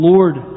Lord